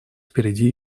впереди